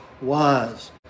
wise